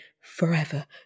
forever